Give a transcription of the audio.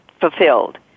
fulfilled